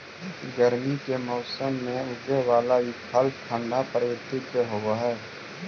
गर्मी के मौसम में उगे बला ई फल ठंढा प्रवृत्ति के होब हई